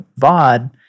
VOD